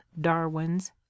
darwin's